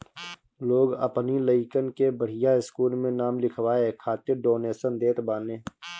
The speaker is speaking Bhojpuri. लोग अपनी लइकन के बढ़िया स्कूल में नाम लिखवाए खातिर डोनेशन देत बाने